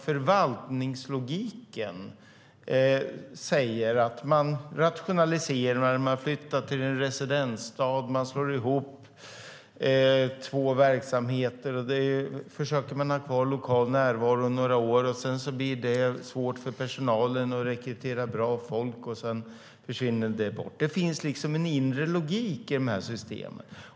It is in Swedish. Förvaltningslogiken säger att man ska rationalisera, flytta till en residensstad, slå ihop två verksamheter och försöka ha kvar lokal närvaro några år. Sedan blir det svårt för personalen att rekrytera bra folk, och så försvinner det bort. Det finns liksom en inre logik i de här systemen.